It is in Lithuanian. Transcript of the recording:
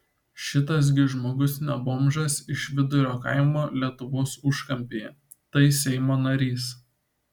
šitas gi žmogus ne bomžas iš vidurio kaimo lietuvos užkampyje tai seimo narys